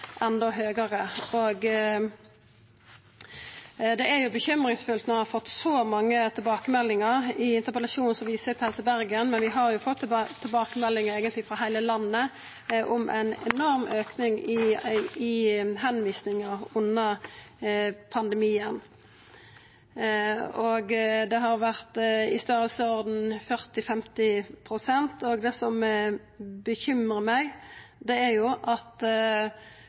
enda lengre. Det er bekymringsfullt når ein har fått så mange tilbakemeldingar. I interpellasjonen viser eg til Helse Bergen, men vi har eigentleg fått tilbakemeldingar frå heile landet om ein enorm auke i tilvisingar under pandemien – 40–50 pst. – og det som bekymrar meg, er at fagfolk fortel at dei auka tala på tilvisingar gjeld stadig yngre, og det